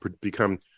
become